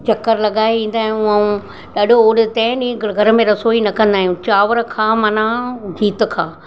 चकर लॻाए ईंदा आहियूं ऐं ॾाढो होॾे तंहिं ॾींहुं घर में रसोई न कंदा आहियूं चांवर खां माना जीत खां